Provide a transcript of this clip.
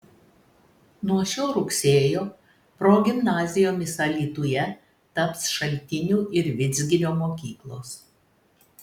nuo šio rugsėjo progimnazijomis alytuje taps šaltinių ir vidzgirio mokyklos